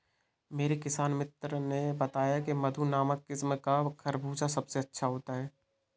मेरे किसान मित्र ने बताया की मधु नामक किस्म का खरबूजा सबसे अच्छा होता है